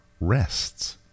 rests